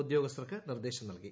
ഉദ്യോഗസ്ഥർക്ക് നിർദ്ദേശം നൽകി